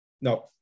No